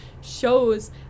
shows